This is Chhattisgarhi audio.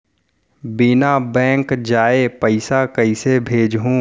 बिना बैंक जाये पइसा कइसे भेजहूँ?